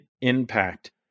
impact